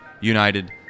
United